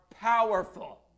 powerful